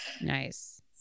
nice